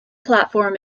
platform